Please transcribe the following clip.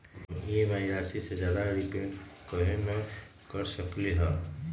हम ई.एम.आई राशि से ज्यादा रीपेमेंट कहे न कर सकलि ह?